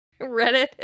Reddit